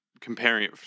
comparing